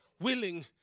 willing